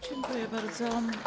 Dziękuję bardzo.